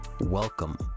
Welcome